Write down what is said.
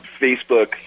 Facebook